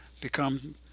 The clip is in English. become